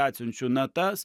atsiunčiu natas